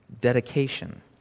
dedication